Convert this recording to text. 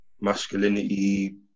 masculinity